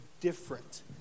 different